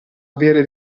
avere